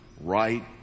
right